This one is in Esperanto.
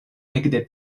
ekde